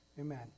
amen